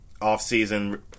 offseason